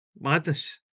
Madness